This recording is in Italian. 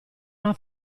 una